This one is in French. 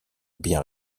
bien